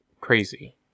crazy